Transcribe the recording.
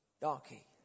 donkey